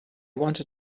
wanted